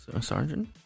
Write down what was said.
Sergeant